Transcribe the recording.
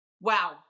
Wow